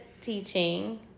teaching